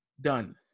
done